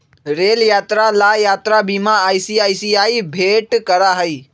rail यात्रा ला यात्रा बीमा आई.सी.आई.सी.आई भेंट करा हई